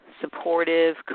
supportive